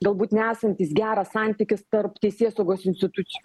galbūt nesantis geras santykis tarp teisėsaugos institucijų